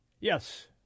Yes